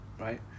right